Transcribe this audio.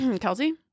Kelsey